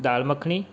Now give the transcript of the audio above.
dal makhani